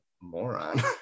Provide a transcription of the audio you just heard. moron